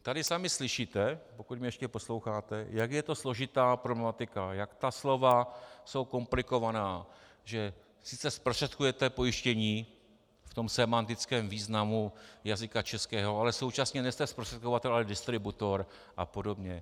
Tady sami slyšíte, pokud mě ještě posloucháte, jak je to složitá problematika, jak ta slova jsou komplikovaná, že sice zprostředkujete pojištění v tom sémantickém významu jazyka českého, ale současně nejste zprostředkovatel, ale distributor a podobně.